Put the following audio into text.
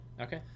Okay